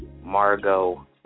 Margot